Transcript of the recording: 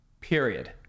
period